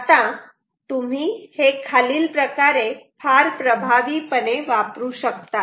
आता तुम्ही हे खालील प्रकारे फार प्रभावीपणे वापरू शकतात